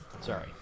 Sorry